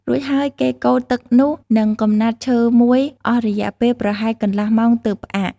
រួចហើយគេកូរទឹកនោះនឹងកំណាត់ឈើមួយ អស់រយៈពេលប្រហែលកន្លះម៉ោងទើបផ្អាក។